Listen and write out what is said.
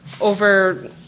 over